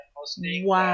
Wow